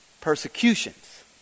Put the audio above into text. Persecutions